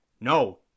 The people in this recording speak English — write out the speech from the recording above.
No